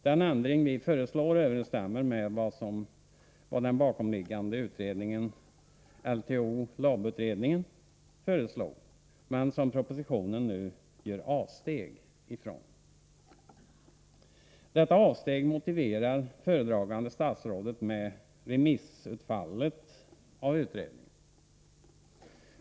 Den ändring vi föreslår överensstämmer med vad den bakomliggande utredningen, LTO/LOB-utredningen, föreslog men som propositionen nu gör avsteg ifrån. Detta avsteg motiverar föredragande statsrådet med remissutfallet av utredningen.